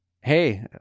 hey